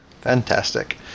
Fantastic